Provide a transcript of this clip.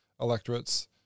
electorates